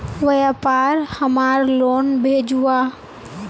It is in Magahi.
व्यापार हमार लोन भेजुआ?